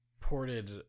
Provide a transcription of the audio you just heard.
ported